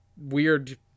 weird